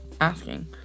asking